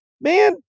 man